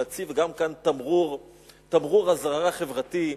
להציב גם כאן תמרור אזהרה חברתי,